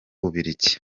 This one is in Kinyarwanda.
bubiligi